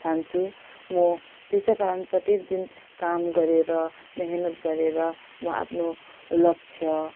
ठान्छु म त्यसै कारण प्रत्येक दिन काम गरेर मिहिनेत गरेर म आफ्नो लक्ष्य